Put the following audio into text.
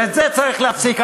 את זה צריך להפסיק.